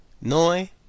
Noi